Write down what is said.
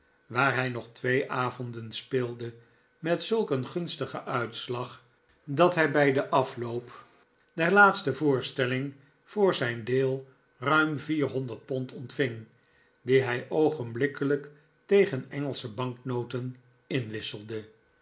waar hij nog twee avonden speelde met zulk een gunstigen uitslag dat htj bij den afloop der laatste voorstelling voor zijn deel ruim vierhonderd pond ontving die hij oogenblikkelijk tegen engelsche banknoten inwisselde